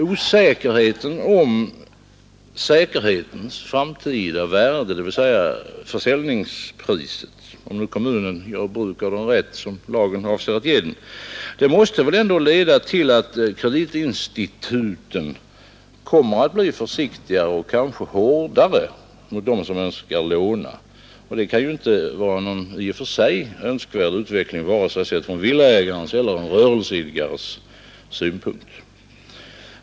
Ovissheten om säkerhetens framtida värde, dvs. försäljningspriset om kommunen gör bruk av den rätt som lagen avser att ge den, måste. väl leda till att kreditinstituten blir försiktigare och kanske hårdare mot den som önskar låna, och det kan inte vara någon i och för sig önskvärd utveckling från vare sig villaägarens eller rörelseidkarens synpunkt.